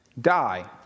die